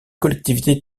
collectivité